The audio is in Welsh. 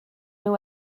nhw